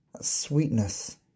Sweetness